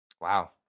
Wow